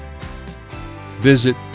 Visit